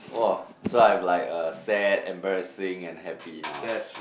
!wah! so I have like a sad embarassing and happy now